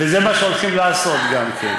וזה מה שהולכים לעשות גם כן.